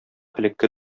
элекке